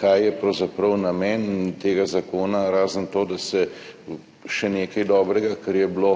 Kaj je pravzaprav namen tega zakona, razen tega, da se še nekaj dobrega, kar je bilo